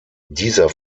dieser